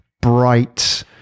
bright